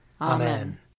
Amen